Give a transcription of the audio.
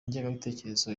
ngengabitekerezo